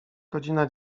godzina